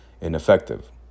ineffective